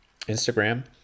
Instagram